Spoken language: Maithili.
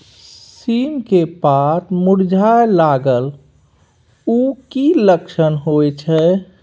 सीम के पत्ता मुरझाय लगल उ कि लक्षण होय छै?